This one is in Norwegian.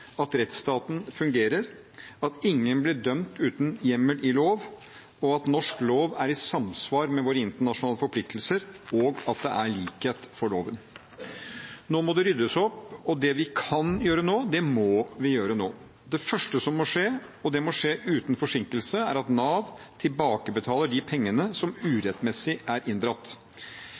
at rettsstaten fungerer, at ingen blir dømt uten hjemmel i lov, at norsk lov er i samsvar med våre internasjonale forpliktelser, og at det er likhet for loven. Nå må det ryddes opp, og det vi kan gjøre nå, må vi gjøre nå. Det første som må skje, og det må skje uten forsinkelser, er at Nav tilbakebetaler de pengene som urettmessig er inndratt.